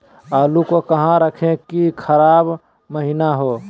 आलू को कहां रखे की खराब महिना हो?